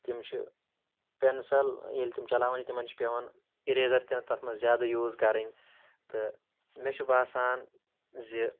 تِم چھِ پٮ۪نسَل ییٚلہِ تِم چَلاوان چھِ تِمَن چھِ پٮ۪وان اِریزَر تہِ تَتھ منٛز زیادٕ یوٗز کَرٕنۍ تہٕ مےٚ چھُ باسان زِ